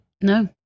No